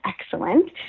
excellent